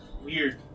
weird